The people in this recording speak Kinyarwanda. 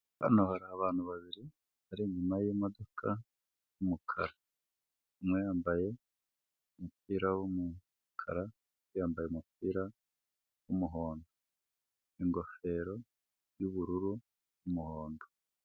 Hano hari abantu babiri bari inyuma y'imodoka y'umukara, umwe yambaye umupira w'umukara, undi yambaye umupira w'umuhondo ingofero y'ubururu n'umuhondo.